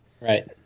Right